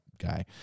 guy